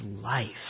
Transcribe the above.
life